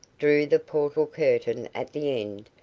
drew the portal curtain at the end,